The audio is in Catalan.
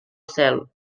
cel